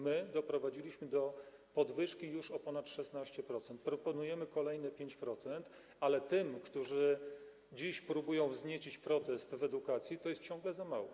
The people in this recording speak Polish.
My doprowadziliśmy do podwyżki już o ponad 16%, proponujemy kolejne 5%, ale dla tych, którzy dziś próbują wzniecić protest w edukacji, to jest ciągle za mało.